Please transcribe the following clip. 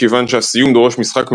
מכיוון שהסיום דורש משחק מדויק,